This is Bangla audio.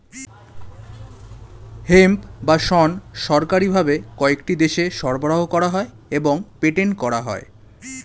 হেম্প বা শণ সরকারি ভাবে কয়েকটি দেশে সরবরাহ করা হয় এবং পেটেন্ট করা হয়